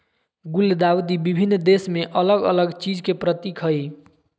गुलदाउदी विभिन्न देश में अलग अलग चीज के प्रतीक हइ